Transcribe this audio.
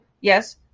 yes